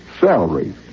salary